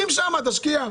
שים שם, תשקיע.